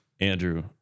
Andrew